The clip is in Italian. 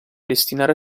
destinare